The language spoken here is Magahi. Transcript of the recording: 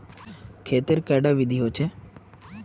खेत तेर कैडा विधि होचे?